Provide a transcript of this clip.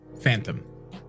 phantom